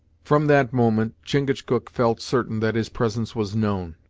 from that moment, chingachgook felt certain that his presence was known.